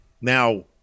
Now